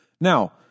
Now